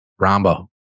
Rombo